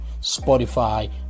Spotify